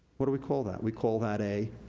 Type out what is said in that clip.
what do we call that? we call that a.